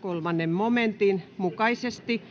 3 momentin mukaisesti